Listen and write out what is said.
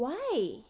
why